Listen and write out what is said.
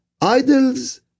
Idols